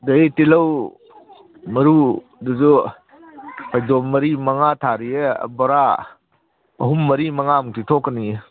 ꯑꯗꯒꯤ ꯇꯤꯜꯍꯧ ꯃꯔꯨꯗꯨꯁꯨ ꯐꯩꯗꯣꯝ ꯃꯔꯤ ꯃꯪꯉꯥ ꯊꯥꯔꯤꯌꯦ ꯕꯣꯔꯥ ꯑꯍꯨꯝ ꯃꯔꯤ ꯃꯪꯉꯥꯃꯨꯛꯇꯤ ꯊꯣꯛꯀꯅꯤꯌꯦ